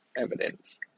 evidence